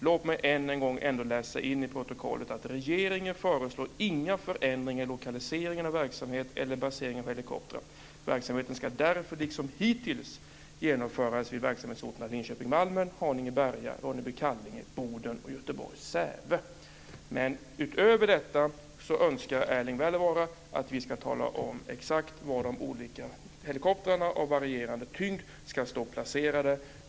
Låt mig än en gång läsa in detta till protokollet: Regeringen föreslår inga förändringar i lokalisering av verksamhet eller basering av helikoptrar. Verksamheten ska därför liksom hittills genomföras vid verksamhetsorterna Linköping-Malmen, Haninge Utöver detta önskar Erling Wälivaara att vi ska tala om exakt var de olika helikoptrarna av varierande tyngd ska stå placerade.